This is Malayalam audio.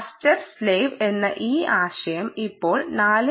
മാസ്റ്റർ സ്ലേവ് എന്ന ഈ ആശയം ഇപ്പോൾ 4